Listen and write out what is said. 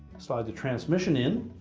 slide the transmission in.